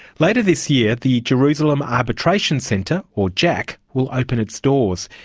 later this year the jerusalem arbitration centre, or jac, will open its doors.